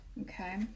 Okay